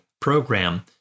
program